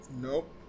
Nope